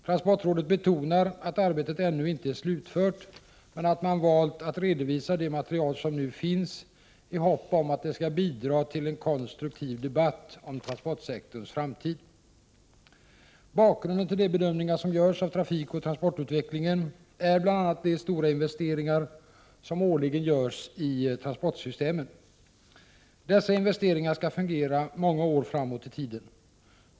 Transportrådet betonar att arbetet ännu inte är slutfört men att man valt att redovisa det material som nu finns i hopp om att det skall bidra till en konstruktiv debatt om transportsektorns framtid. Bakgrunden till de bedömningar som görs av trafikoch transportutvecklingen är bl.a. de stora investeringar som årligen görs i transportsystemen. Dessa investeringar skall fungera många år framåt i tiden.